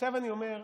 אני אומר,